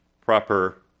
proper